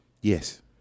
Yes